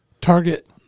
target